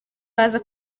baza